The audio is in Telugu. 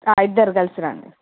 ఇద్దరు కలిసి రండి